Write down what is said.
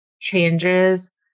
changes